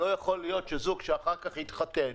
לא יכול להיות שזוג אחר כך התחתן